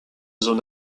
zone